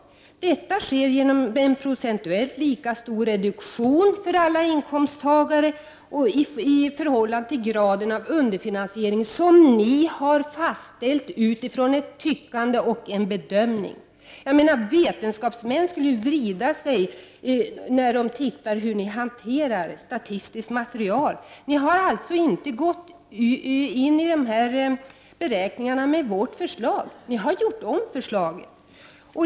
Ni säger att detta sker genom en procentuellt lika stor reduktion för alla inkomsttagare i förhållande till graden av underfinansiering, som vi har fastställt utifrån ett tyckande och en bedömning. Vetenskapsmän skulle vrida sig om de såg hur ni hanterade statistiskt material. Ni har alltså inte gjort dessa beräkningar med vårt förslag; ni har gjort om förslaget.